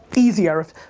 easy, arif,